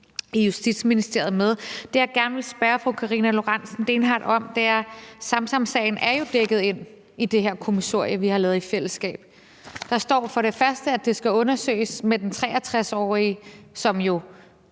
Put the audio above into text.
i Justitsministeriet med. Det, jeg gerne vil spørge fru Karina Lorentzen Dehnhardt om, er: Samsamsagen er jo dækket ind i det her kommissorie, vi har lavet i fællesskab. Der står for det første, at det med den 63-årige skal